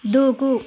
దూకు